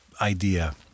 idea